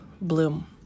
bloom